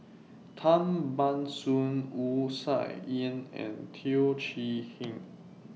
Tan Ban Soon Wu Tsai Yen and Teo Chee Hean